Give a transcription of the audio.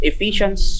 Ephesians